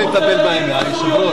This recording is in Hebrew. הוא צריך להגיד את מה שהוא יודע,